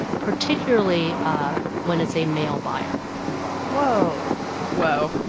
particularly ah when it's a male buyer whoa whoa.